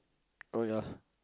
oh ya